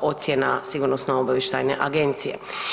ocjena Sigurnosno obavještajne agencije.